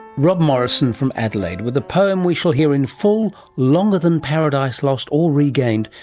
rob morrison from adelaide with a poem we shall hear in full, longer than paradise lost or regained,